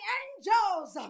angels